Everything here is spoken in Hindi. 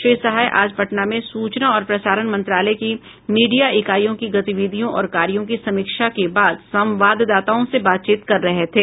श्री सहाय आज पटना में सूचना और प्रसारण मंत्रालय की मीडिया इकाइयों की गतिविधियों और कार्यों की समीक्षा के बाद संवाददाताओं से बातचीत कर रहे थे